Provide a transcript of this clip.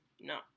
No